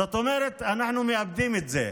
זאת אומרת, אנחנו מאבדים את זה.